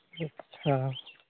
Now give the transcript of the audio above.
ᱟᱪᱪᱷᱟ